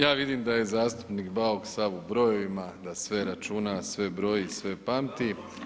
Ja vidim da je zastupnik Bauk sav u brojevima, da sve računa, sve broji i sve pamti.